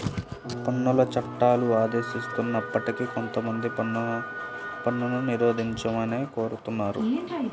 పన్నుల చట్టాలు ఆదేశిస్తున్నప్పటికీ కొంతమంది పన్నును నిరోధించమనే కోరుతున్నారు